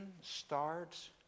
starts